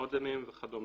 מודמים וכדומה.